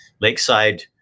lakeside